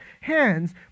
hands